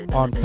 on